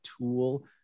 tool